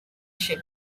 ship